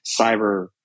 cyber